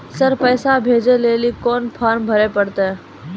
Sir पैसा भेजै लेली कोन फॉर्म भरे परतै?